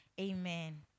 Amen